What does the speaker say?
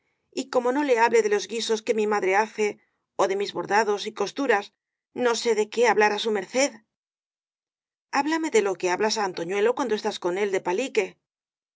y como no le hable de los gui sos que mi madre hace ó de mis bordados y cos turas no sé de qué hablar á su merced háblame de lo que hablas á antoñuelo cuan do estás con él de palique